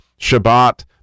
Shabbat